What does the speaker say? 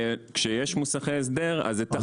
כשיש מוסכי הסדר אז זה תחרות בין